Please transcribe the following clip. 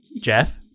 Jeff